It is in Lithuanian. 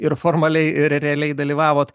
ir formaliai realiai dalyvavot